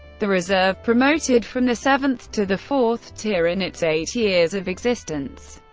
the reserve promoted from the seventh to the fourth tier in its eight years of existence.